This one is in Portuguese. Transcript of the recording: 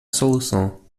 solução